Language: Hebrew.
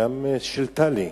וגם של תל"י,